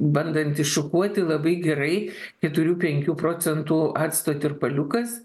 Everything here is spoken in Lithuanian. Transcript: bandant iššukuoti labai gerai keturių penkių procentų acto tirpaliukas